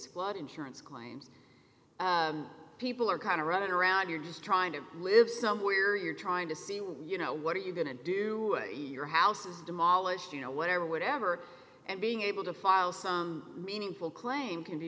flood insurance claims people are kind of running around you're just trying to live somewhere you're trying to see what you know what are you going to do your houses demolished you know whatever whatever and being able to file some meaningful claim can be